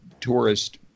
tourist